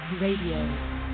Radio